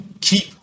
keep